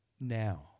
now